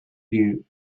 you